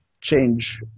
change